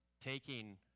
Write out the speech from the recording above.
taking